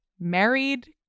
married